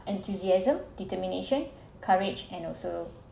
enthusiasm determination courage and also